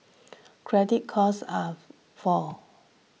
credit costs are fall